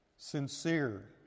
sincere